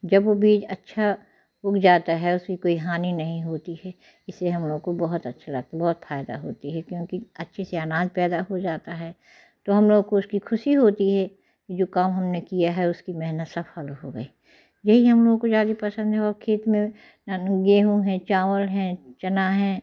जब वो बीज अच्छा उग जाता है उसकी कोई हानि नहीं होती है इसमें हम लोगों को बहुत अच्छा लगता है बहुत फयदा होती है क्योंकि अच्छे से आनाज पैदा हो जाता है तो हम लोगों को उसकी खुशी होती है कि जो काम हमने किया है उसकी मेहनत सफल हो गई यही हम लोगों को ज़्यादा पसंद है और खेत में गेहूं है चावल है चना है